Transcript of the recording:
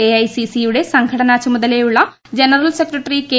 എഐസിസിയുടെ സംഘട്ടനി ചുമതലയുള്ള general secretary K